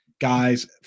Guys